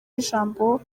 ijambo